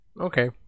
Okay